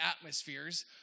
atmospheres